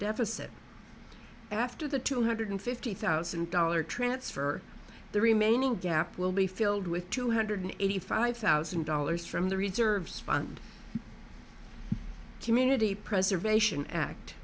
deficit after the two hundred fifty thousand dollar transfer the remaining gap will be filled with two hundred eighty five thousand dollars from the reserves fund community preservation act